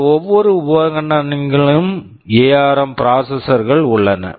இந்த ஒவ்வொரு உபகரணங்களிலும் எஆர்ம் ARM ப்ராசெசர் processor கள் உள்ளன